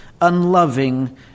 unloving